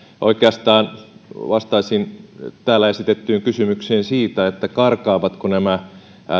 oikeastaan vastaisin täällä esitettyyn kysymykseen siitä karkaavatko nämä